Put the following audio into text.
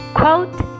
quote